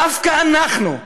דווקא אנחנו,